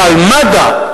ומד"א,